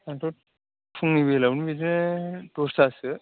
आंथ' फुंबिलियावनो बिदि दसतासो